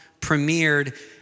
premiered